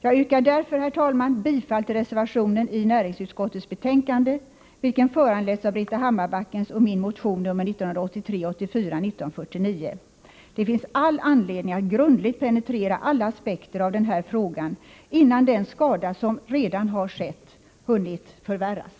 Jag yrkar därför, herr talman, bifall till reservationen i näringsutskottets betänkande, vilken föranletts av Britta Hammarbackens och min motion nr 1983/84:1949. Det finns all anledning att grundligt penetrera alla aspekter av den här frågan innan den skada som redan har skett hunnit förvärras.